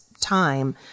time